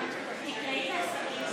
בתמיכת הממשלה.